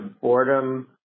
boredom